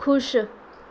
ਖੁਸ਼